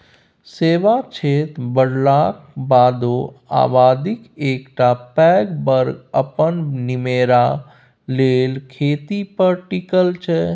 सेबा क्षेत्र बढ़लाक बादो आबादीक एकटा पैघ बर्ग अपन निमेरा लेल खेती पर टिकल छै